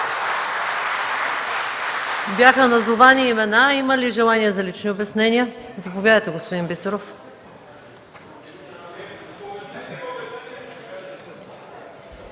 Бяха назовани имена. Има ли желание за лични обяснения? Заповядайте, господин Бисеров.